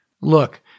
Look